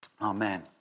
amen